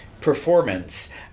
performance